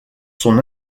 son